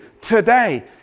today